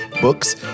books